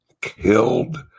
killed